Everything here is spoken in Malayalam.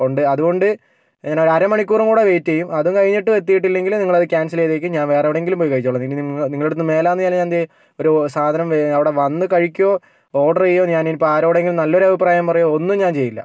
കൊണ്ട് അതുകൊണ്ട് ഞാനൊരു അരമണിക്കൂറും കൂടെ വെയിറ്റ് ചെയ്യും അതു കഴിഞ്ഞിട്ടും എത്തിയിട്ടില്ലെങ്കിൽ നിങ്ങള് ക്യാൻസൽ ചെയ്തേക്ക് ഞാൻ വേറെ എവിടെയെങ്കിലും പോയി കഴിച്ചോളാം ഇനി നിങ്ങളുടെ അടുത്ത് നിന്ന് മേലാൽ ഞാൻ ഇനി ഒരു സാധനം അവിടെ വന്ന് കഴിക്കുകയോ ഓർഡർ ചെയ്യുകയോ ഞാനിപ്പം ആരോടെങ്കിലും നല്ലൊരു അഭിപ്രായം പറയുകയോ ഒന്നും ഞാൻ ചെയ്യില്ല